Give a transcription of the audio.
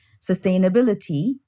Sustainability